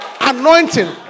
Anointing